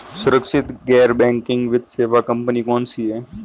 सुरक्षित गैर बैंकिंग वित्त सेवा कंपनियां कौनसी हैं?